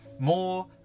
More